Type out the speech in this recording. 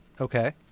Okay